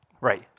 Right